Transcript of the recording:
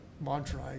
mantra